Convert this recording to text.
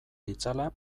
ditzala